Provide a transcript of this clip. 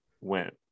went